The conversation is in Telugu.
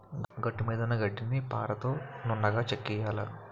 గట్టుమీదున్న గడ్డిని పారతో నున్నగా చెక్కియ్యాల